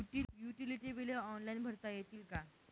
Utility बिले online भरता येतील का?